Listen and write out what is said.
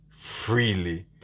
freely